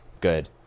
Good